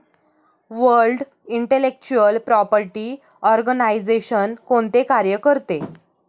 World Intellectual Property Organization कोणते कार्य करते?